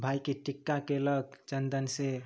भाइके टिक्का केलक चन्दन से